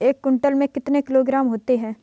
एक क्विंटल में कितने किलोग्राम होते हैं?